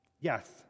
Yes